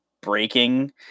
breaking